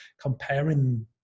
comparing